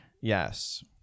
Yes